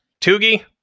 Toogie